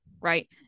right